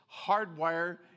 hardwire